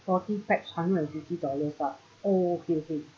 forty pax hundred and fifty dollars lah oh okay okay